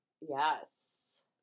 Yes